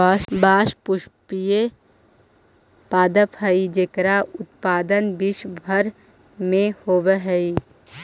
बाँस पुष्पीय पादप हइ जेकर उत्पादन विश्व भर में होवऽ हइ